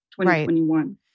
2021